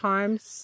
Times